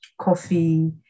coffee